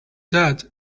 that